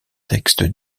texte